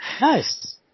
nice